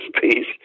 peace